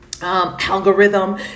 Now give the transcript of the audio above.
algorithm